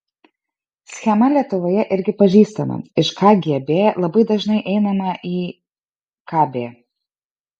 schema lietuvoje irgi pažįstama iš kgb labai dažnai einama į kb